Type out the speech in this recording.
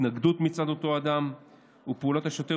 התנגדות מצד אותו האדם ופעולות השוטר